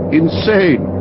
insane